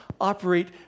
operate